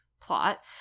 plot